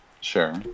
sure